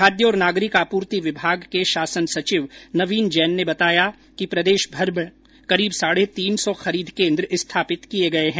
खाद्य और नागरिक आपूर्ति विभाग के शासन सचिव नवीन जैन ने बताया कि प्रदेशभर में करीब साढ़े तीन सौ खरीद केन्द्र स्थापित किए गए हैं